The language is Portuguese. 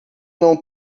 não